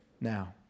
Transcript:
now